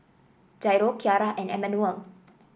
Jairo Kyara and Emanuel